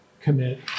commit